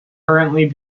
currently